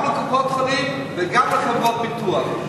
גם לקופות-החולים וגם לחברות הביטוח,